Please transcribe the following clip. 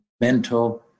mental